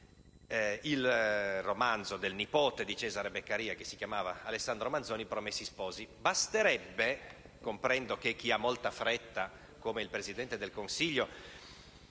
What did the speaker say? il romanzo del nipote di Cesare Beccaria, che si chiamava Alessandro Manzoni, «I promessi sposi». Comprendo che chi ha molta fretta, come il Presidente del Consiglio,